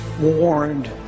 warned